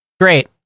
Great